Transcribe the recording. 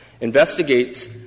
investigates